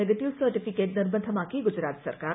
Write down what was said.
negative certificate നിർബന്ധമാക്കി ഗുജറാത്ത് സർക്കാർ